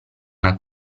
una